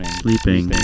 sleeping